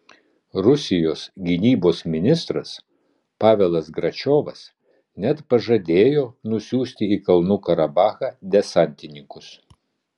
rusijos gynybos ministras pavelas gračiovas net pažadėjo nusiųsti į kalnų karabachą desantininkus